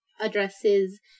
addresses